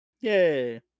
Yay